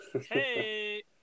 Hey